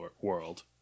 world